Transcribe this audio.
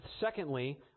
secondly